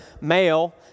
Male